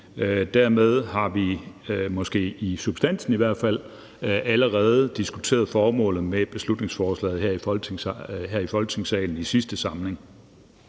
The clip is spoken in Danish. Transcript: i substansen allerede diskuteret formålet med beslutningsforslaget her i Folketingssalen i sidste samling.